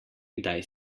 kdaj